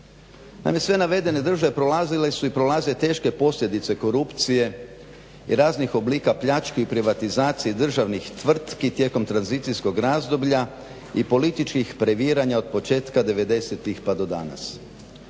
sve navedene države prolazile su i prolaze teške posljedice korupcije i raznih oblika pljački i privatizacije državnih tvrtki tijekom tranzicijskog razdoblja i političkih previranja od početka '90.-tih pa do danas.